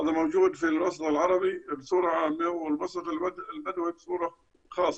זה נמצא במגזר הערבי בכלל, ובחברה הבדווית בפרט.